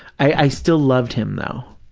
i still loved him, though,